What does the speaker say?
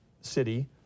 City